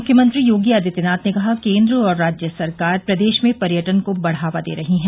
मुख्यमंत्री योगी आदित्यनाथ ने कहा केन्द्र और राज्य सरकार प्रदेश में पर्यटन को बढ़ावा दे रही हैं